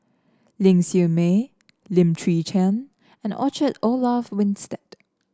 Ling Siew May Lim Chwee Chian and Orchard Olaf Winstedt